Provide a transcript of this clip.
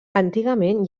antigament